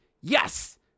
Yes